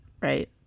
right